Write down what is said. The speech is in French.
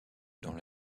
dans